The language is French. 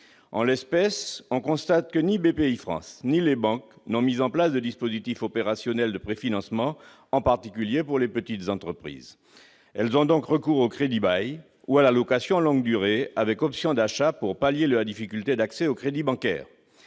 En l'occurrence, on constate que ni Bpifrance ni les banques n'ont mis en place de dispositifs opérationnels de préfinancement, en particulier pour les petites entreprises. Elles ont donc recours au crédit-bail ou à la location longue durée avec option d'achat pour pallier leurs difficultés d'accès au crédit bancaire.